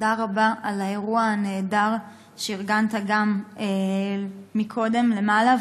תודה רבה על האירוע הנהדר שארגנת קודם למעלה,